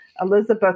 Elizabeth